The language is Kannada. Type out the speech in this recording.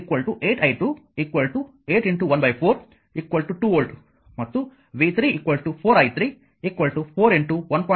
5 3 ವೋಲ್ಟ್ v2 8 i2 8 14 2 ವೋಲ್ಟ್ ಮತ್ತು v 3 4 i3 4 1